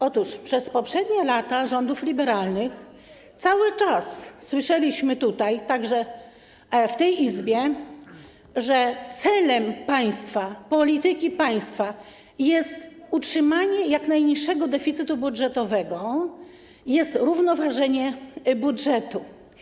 Otóż w poprzednich latach rządów liberalnych cały czas słyszeliśmy tutaj, także w tej Izbie, że celem państwa, polityki państwa jest utrzymanie jak najniższego deficytu budżetowego, jest równoważenie budżetu.